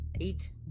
Eight